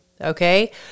Okay